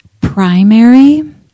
primary